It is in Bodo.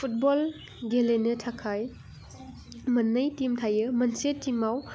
फुटबल गेलेनो थाखाय मोननै टिम थायो मोनसे टिमाव